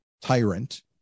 tyrant